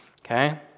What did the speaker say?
okay